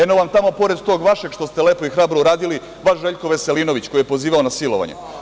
Eno vam tamo pored tog vašeg što ste lepo i hrabro uradili vaš Željko Veselinović, koji je pozivao na silovanje.